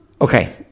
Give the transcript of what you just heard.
okay